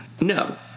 No